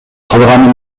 калган